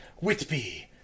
Whitby